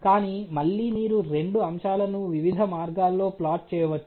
కానీ మళ్ళీ మీరు రెండు అంశాలను వివిధ మార్గాల్లో ప్లాట్ చేయవచ్చు